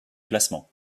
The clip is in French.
classement